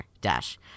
dash